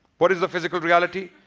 what is the physical reality?